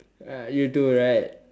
uh you too right